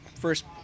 first